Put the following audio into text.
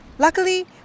Luckily